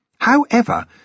However